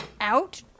out